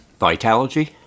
Vitalogy